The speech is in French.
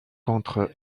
contre